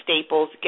Staples